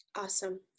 Awesome